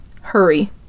Hurry